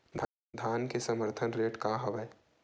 धान के समर्थन रेट का हवाय?